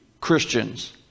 Christians